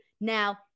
now